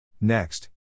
Next